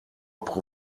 pro